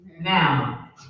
Now